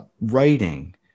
writing